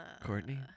Courtney